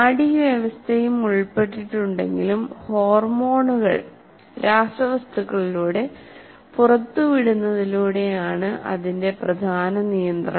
നാഡീവ്യവസ്ഥയും ഉൾപ്പെട്ടിട്ടുണ്ടെങ്കിലും ഹോർമോണുകൾ രാസവസ്തുക്കളിലൂടെ പുറത്തുവിടുന്നതിലൂടെ ആണ് അതിന്റെ പ്രധാന നിയന്ത്രണം